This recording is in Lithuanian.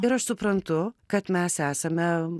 ir aš suprantu kad mes esame